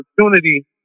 opportunity